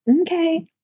Okay